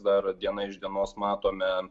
dar diena iš dienos matome